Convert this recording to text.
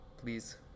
Please